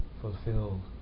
fulfill